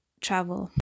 travel